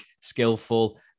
skillful